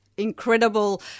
incredible